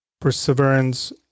perseverance